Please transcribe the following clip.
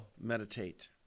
meditate